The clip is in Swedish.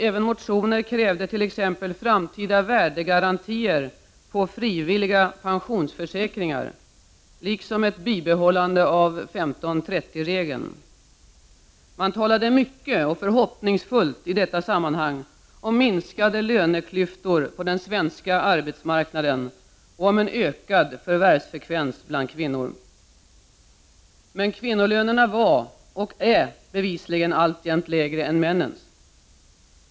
I motioner krävdes t.ex. framtida värdegarantier på frivilliga pensionsförsäkringar liksom ett bibehållande av 15/30-regeln. I detta sammanhang talade man mycket och förhoppningsfullt om minskade löneklyftor på den svenska arbetsmarknaden och om ökad förvärvsfrekvens bland kvinnor. Kvinnornas löner var och är bevisligen alltjämt lägre än männens.